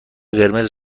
قرمز